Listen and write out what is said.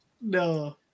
No